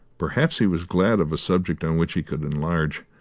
perhaps he was glad of a subject on which he could enlarge.